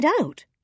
out